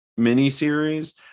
miniseries